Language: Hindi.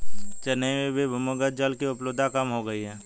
चेन्नई में भी भूमिगत जल की उपलब्धता कम हो गई है